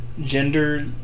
gender